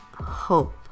hope